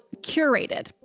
curated